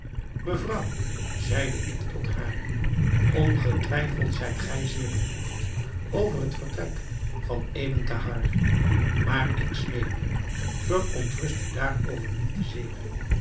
mevrouw zeide ik tot haar ongetwijfeld zijt gij zeer bedroefd over het vertrek van ebn thahar maar ik smeek u verontrust u daarover niet te zeer